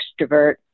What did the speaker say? extrovert